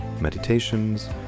meditations